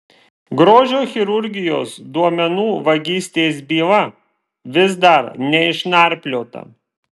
grožio chirurgijos duomenų vagystės byla vis dar neišnarpliota